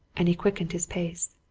and he quickened his pace.